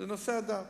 בנושא הדת.